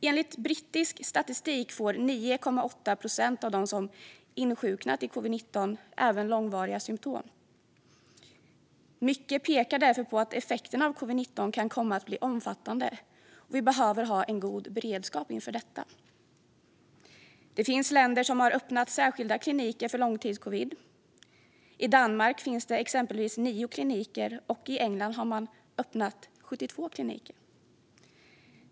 Enligt brittisk statistik får 9,8 procent av dem som insjuknat i covid-19 även långvariga symtom. Mycket pekar därför på att effekterna av covid-19 kan komma att bli omfattande, och vi behöver ha en god beredskap inför detta. Det finns länder som har öppnat särskilda kliniker för långtidscovid. I Danmark finns det exempelvis 9 kliniker, och i England har man öppnat 72 kliniker.